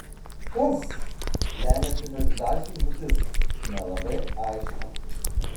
kas lemia civilizacijų žūtis nelabai aišku